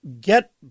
get